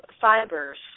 fibers